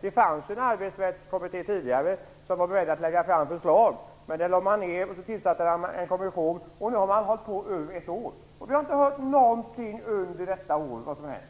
Det fanns en arbetsrättskommitté tidigare som var på väg att lägga fram förslag, men den lade man ner och så tillsatte man en kommission. Nu har den hållit på i över ett år, och vi har inte hört någonting under detta år om vad som har hänt.